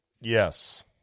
Yes